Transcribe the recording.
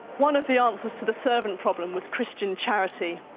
one of the answers to the servant problem was christian charity.